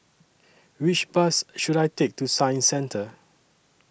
Which Bus should I Take to Science Centre